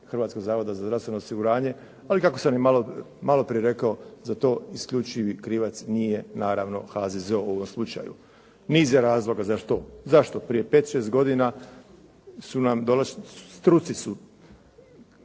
Hrvatskog zavoda za zdravstveno osiguranje, ali kako sam i maloprije rekao, za to isključivi krivac nije naravno HZZO u ovom slučaju. Niz je razloga za to. Zašto? Prije pet, šest godina su nam, u struci je